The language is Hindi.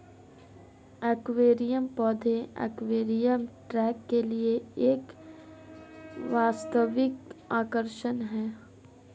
एक्वेरियम पौधे एक्वेरियम टैंक के लिए एक वास्तविक आकर्षण है